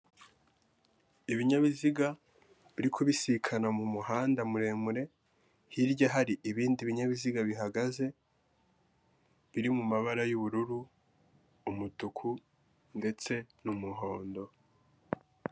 Ibinyabiziga biri kubisikana mu muhanda muremure, hirya hari ibindi binyabiziga bihagaze, biri mu mabara y'ubururu, umutuku, ndetse n'umuhondo.